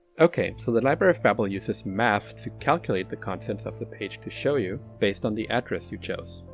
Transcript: okay, so the library of babel uses math to calculate the contents of the page to show you based on the address you chose.